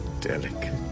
delicate